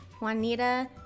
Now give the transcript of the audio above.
Juanita